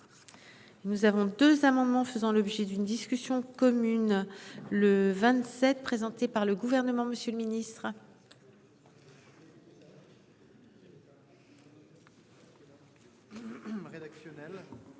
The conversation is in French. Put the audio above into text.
Nous avons 2 amendements faisant l'objet d'une discussion commune le 27 présentée par le gouvernement, Monsieur le Ministre.